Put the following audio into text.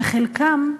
וחלקם,